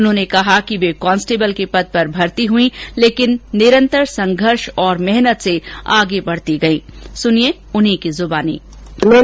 उन्होंने कहा कि वे कांस्टेबल के पद पर भर्ती हुई लेकिन निरंतर संघर्ष से आगे बढ़ती गयीं